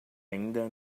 ainda